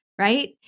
right